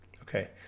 Okay